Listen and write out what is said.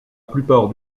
plupart